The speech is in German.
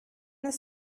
ist